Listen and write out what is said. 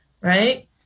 right